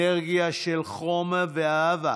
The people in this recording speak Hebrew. אנרגיה של חום ואהבה,